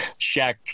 Shaq